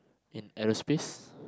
in aerospace